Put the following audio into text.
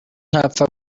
ntapfa